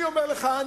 אני אומר לך,